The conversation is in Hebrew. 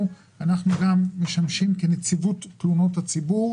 אנחנו משמשים גם כנציבות תלונות הציבור,